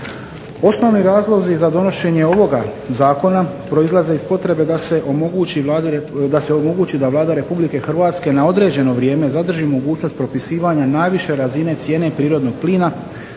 Osnovni razlozi za donošenje ovoga zakona proizlaze iz potrebe da se omogući da Vlada Republike Hrvatske na određeno vrijeme zadrži mogućnost propisivanja najviše razine cijene prirodnog plina